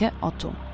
Otto